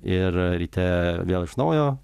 ir ryte vėl iš naujo